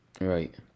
Right